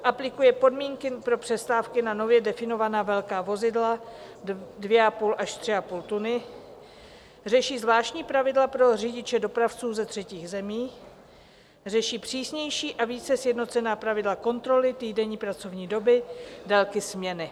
Aplikuje podmínky pro přestávky na nově definovaná velká vozidla 2,5 až 3,5 tuny, řeší zvláštní pravidla pro řidiče dopravců ze třetích zemí, řeší přísnější a více sjednocená pravidla kontroly týdenní pracovní doby, délky směny.